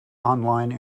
online